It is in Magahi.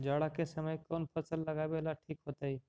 जाड़ा के समय कौन फसल लगावेला ठिक होतइ?